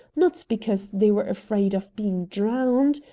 not because they were afraid of being drowned.